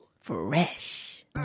Fresh